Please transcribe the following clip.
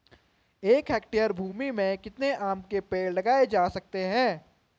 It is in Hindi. एक हेक्टेयर भूमि में कितने आम के पेड़ लगाए जा सकते हैं?